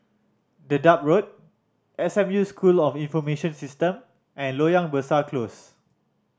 Dedap Road S M U School of Information System and Loyang Besar Close